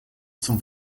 zum